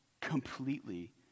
completely